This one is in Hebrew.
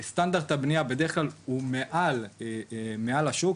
סטנדרט הבניה הוא בדרך כלל הוא מעל השוק,